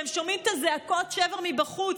שהם שומעים את זעקות השבר מבחוץ,